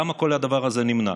למה כל הדבר הזה נמנע?